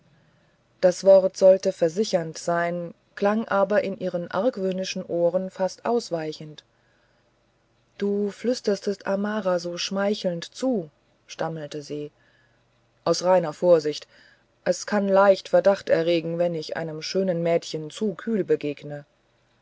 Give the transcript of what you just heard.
das wort sollte versichernd sein klang aber in ihrem argwöhnischen ohr fast ausweichend du flüstertest amara so schmeichelnd zu stammelte sie aus reiner vorsicht es kann leicht verdacht erregen wenn ich einem schönen mädchen zu kühl begegne